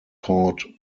taught